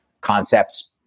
concepts